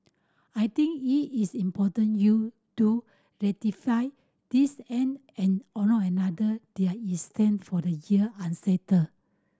I think it is important you do ratify this and and or not another they are is stand for the year unsettled